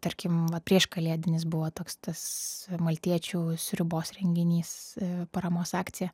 tarkim va prieškalėdinis buvo toks tas maltiečių sriubos renginys paramos akcija